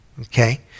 okay